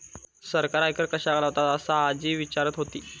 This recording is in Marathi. सरकार आयकर कश्याक लावतता? असा आजी विचारत होती